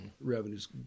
revenues